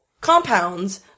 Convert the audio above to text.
compounds